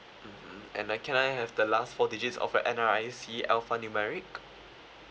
mmhmm and I can I have the last four digits of your N_R_I_C alphanumeric